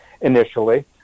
initially